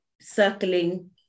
circling